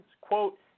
Quote